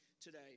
today